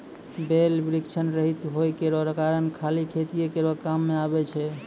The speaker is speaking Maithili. बैल वृषण रहित होय केरो कारण खाली खेतीये केरो काम मे आबै छै